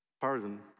pardon